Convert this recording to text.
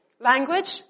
Language